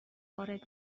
وارد